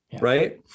right